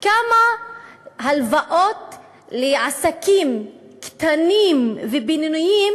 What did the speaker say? כמה הלוואות לעסקים קטנים ובינוניים,